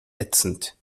ätzend